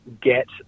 get